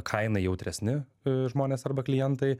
kainai jautresni žmonės arba klientai